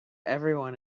everybody